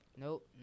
nope